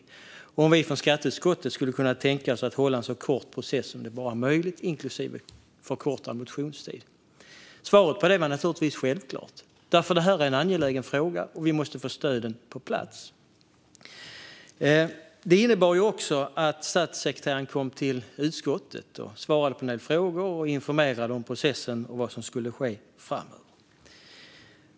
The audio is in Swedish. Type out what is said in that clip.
Statssekreteraren frågade om vi från skatteutskottet skulle kunna tänka oss att hålla en så kort process som det bara är möjligt, inklusive förkortad motionstid. Svaret på det var naturligtvis självklart, för detta är en angelägen fråga. Vi måste få stöden på plats. Det innebar också att statssekreteraren kom till utskottet och svarade på en del frågor och informerade om processen och vad som skulle ske framöver.